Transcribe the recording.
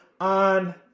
on